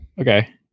Okay